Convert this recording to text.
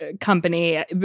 company